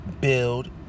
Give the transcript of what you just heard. build